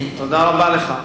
תודה רבה לך.